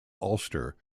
ulster